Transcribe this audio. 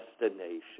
destination